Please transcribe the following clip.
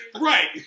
Right